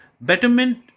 Betterment